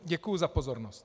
Děkuji za pozornost.